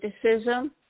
criticism